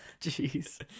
Jeez